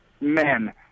men